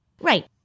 right